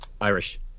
irish